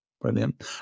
brilliant